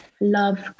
love